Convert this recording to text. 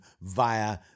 via